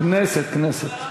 כנסת, כנסת.